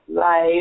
life